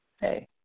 hey